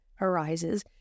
arises